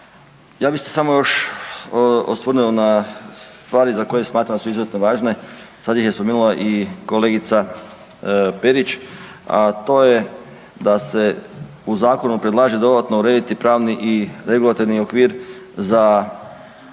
Ja bi se samo još osvrnuo na stvari za koje smatram da su izuzetno važne, sad ih je spomenula i kolegica Perić, a to je da se u zakonu predlaže dodatno urediti pravni i regulativni okvir za jedan